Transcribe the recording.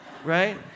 Right